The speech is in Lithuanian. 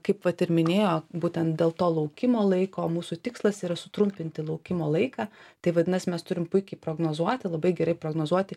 kaip vat ir minėjo būtent dėl to laukimo laiko mūsų tikslas yra sutrumpinti laukimo laiką tai vadinasi mes turim puikiai prognozuoti labai gerai prognozuoti